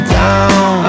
down